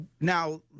now